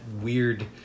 weird